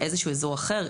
איזה שהוא אזור אחר,